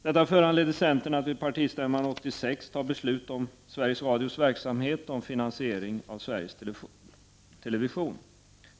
Detta föranledde centern att vid partistämman 1986 fatta beslut om Sveriges Radios verksamhet och om finansieringen av Sveriges Television.